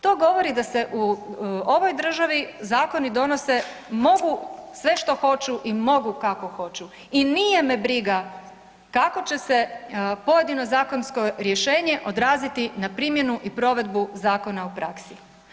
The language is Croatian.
To govori da se u ovoj državi zakoni donose mogu sve što hoću i mogu kako hoću i nije me briga kako će se pojedino zakonsko rješenje odraziti na primjenu i provedbu zakona u praksi.